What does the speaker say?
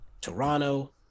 toronto